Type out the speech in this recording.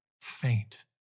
faint